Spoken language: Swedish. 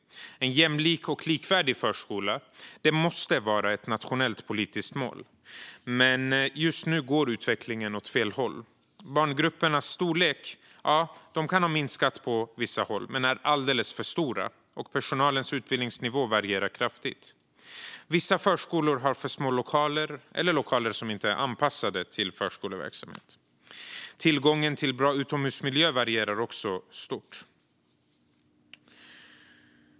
En jämlik och likvärdig förskola måste vara ett nationellt politiskt mål, men just nu går utvecklingen åt fel håll. Barngruppernas storlek kan ha minskat på vissa håll, men de är alldeles för stora. Och personalens utbildningsnivå varierar kraftigt. Vissa förskolor har för små lokaler eller lokaler som inte är anpassade till förskoleverksamhet. Tillgången till en bra utomhusmiljö varierar också stort.